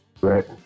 Right